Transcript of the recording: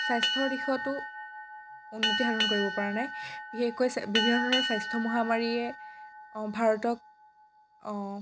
স্বাস্থ্যৰ দিশতো উন্নতি সাধন কৰিব পৰা নাই বিশেষকৈ বিভিন্ন ধৰণৰ স্বাস্থ্য মহামাৰীয়ে ভাৰতক